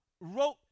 Wrote